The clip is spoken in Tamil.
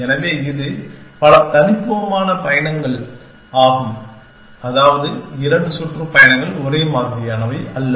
எனவே இது பல தனித்துவமான சுற்றுப்பயணங்கள் ஆகும் அதாவது 2 சுற்றுப்பயணங்கள் ஒரே மாதிரியானவை அல்ல